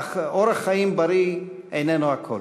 אך אורח חיים בריא איננו הכול.